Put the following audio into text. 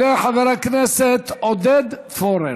יעלה חבר הכנסת עודד פורר.